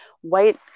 white